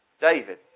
David